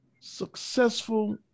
successful